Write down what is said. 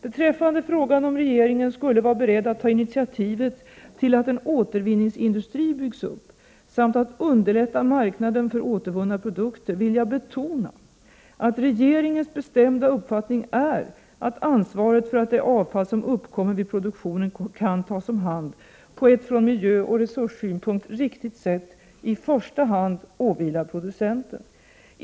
Beträffande frågan om regeringen skulle vara beredd att ta initiativet till att en återvinningsindustri byggs upp samt att underlätta marknaden för återvunna produkter, vill jag betona att regeringens bestämda uppfattning är att ansvaret för att det avfall som uppkommer vid produktionen kan tas om hand på ett från miljöoch resurssynpunkt riktigt sätt i första hand åvilar producenten.